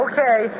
Okay